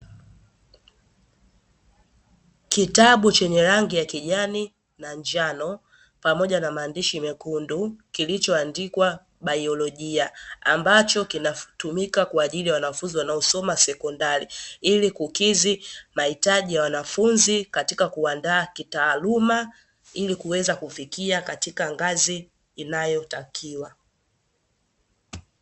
Kitabu chenye rangi ya kijani na njano, pamoja na maandishi mekundu, kilichoandikwa biolojia, ambacho kinatumika kwa ajili ya wanafunzi wanaosoma sekondari ili kukidhi mahitaji ya wanafunzi katika kuwaandaa kitaaluma ili kuweza kufikia katika ngazi inayotakiwa.